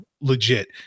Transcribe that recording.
legit